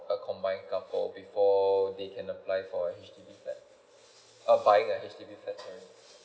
a combined couple before they can apply for H_D_B flat err buying a H_D_B flat sorry